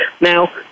Now